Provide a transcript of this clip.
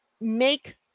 make